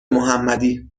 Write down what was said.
محمدی